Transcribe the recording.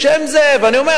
צריך